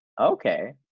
okay